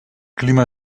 clima